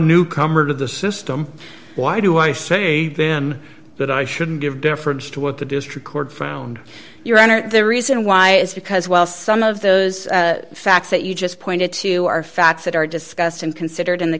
newcomer to the system why do i say then that i shouldn't give deference to what the district court found your honor the reason why is because well some of those facts that you just pointed to are facts that are discussed and considered